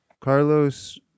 Carlos